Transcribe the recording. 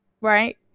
right